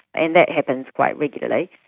and that happens quite regularly.